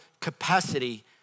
capacity